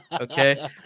okay